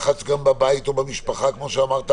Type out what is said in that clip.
לחץ גם בבית או במשפחה כמו שאמרת